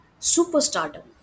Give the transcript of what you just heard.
superstardom